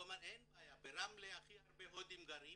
הוא אמר, אין בעיה, ברמלה הכי הרבה הודים גרים